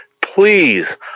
please